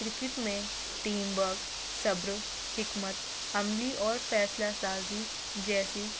cricket میں team work صبر حکمت عملی اور فیصلہ سازی جیسی